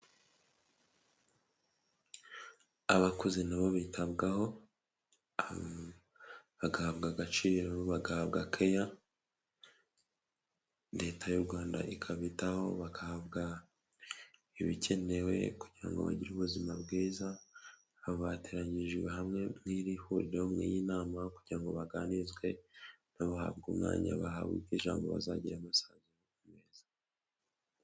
Abakuze nabo bitabwaho bagahabwa agaciro, bagahabwa keya, leta y'u Rwanda ikabitaho bagahabwa ibikenewe kugira ngo bagire ubuzima bwiza. Bateranyirijwe hamwe n'iri huriro ry'inama kugira ngo baganirizwe bahabwe umwanya, bahabwa ijambo kugira ngo bazagire amasaziro meza.